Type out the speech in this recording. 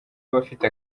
abafite